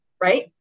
right